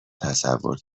تصور